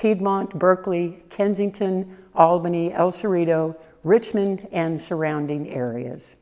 piedmont berkeley kensington albany el cerrito richmond and surrounding areas